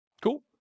Cool